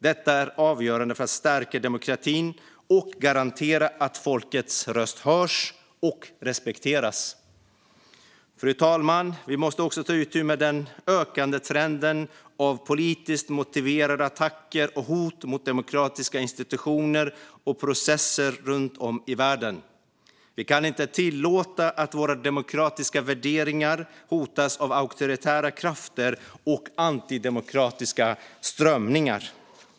Detta är avgörande för att stärka demokratin och garantera att folkets röst hörs och respekteras. Fru talman! Vi måste också ta itu med den ökande trenden av politiskt motiverade attacker och hot mot demokratiska institutioner och processer runt om i världen. Vi kan inte tillåta att våra demokratiska värderingar hotas av auktoritära krafter och antidemokratiska strömningar.